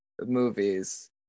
movies